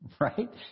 Right